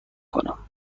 کنم